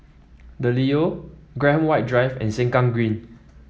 The Leo Graham White Drive and Sengkang Green